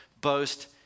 boast